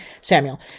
Samuel